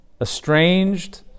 estranged